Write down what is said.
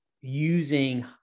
using